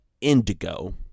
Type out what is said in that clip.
indigo